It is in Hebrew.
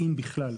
אם בכלל.